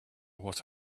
what